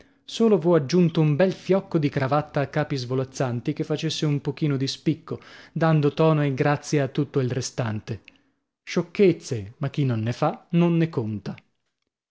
solo v'ho aggiunto un bel fiocco di cravatta a capi svolazzanti che facesse un pochino di spicco dando tono e grazia a tutto il restante sciocchezze ma chi non ne fa non ne conta